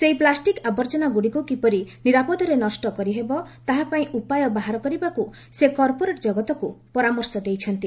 ସେହି ପ୍ଲାଷ୍ଟିକ୍ ଆବର୍ଜନାଗୁଡ଼ିକୁ କିପରି ନିରାପଦରେ ନଷ୍ଟ କରିହେବ ତାହାପାଇଁ ଉପାୟ ବାହାର କରିବାକୁ ସେ କର୍ପୋରେଟ୍ କଗତକୁ ପରାମର୍ଶ ଦେଇଛନ୍ତି